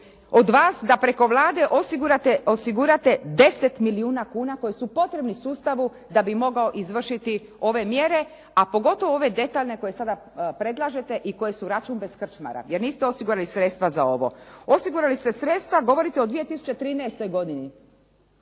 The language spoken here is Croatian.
od vas da preko Vlade osigurate 10 milijuna kuna koji su potrebni sustavu da bi mogao izvršiti ove mjere, a pogotovo ove detaljne koje sada predlažete i koje su račun bez krčmara, jer niste osigurali sredstva za ovo. Osigurali ste sredstva, govorite o 2013. godini,